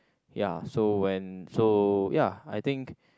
ya so when so ya I think